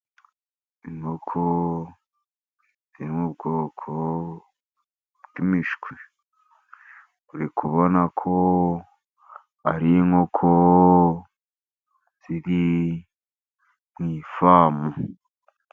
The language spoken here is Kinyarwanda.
Inkoko zo mu bwoko bw' imishwi, uri kubona ko ari inkoko ziri mu ifamu.